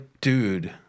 dude